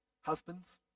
Husbands